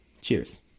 Cheers